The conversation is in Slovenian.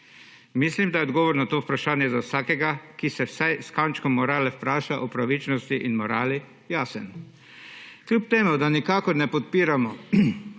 Mislim, da je odgovor na to vprašanje za vsakega, ki se z vsaj kančkom morale vpraša o pravičnosti in morali, jasen. Kljub temu da nikakor ne podpiramo,